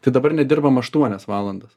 tai dabar nedirbam aštuonias valandas